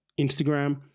Instagram